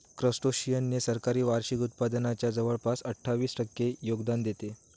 crustaceans ने सरासरी वार्षिक उत्पादनाच्या जवळपास अठ्ठावीस टक्के योगदान देते